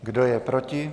Kdo je proti?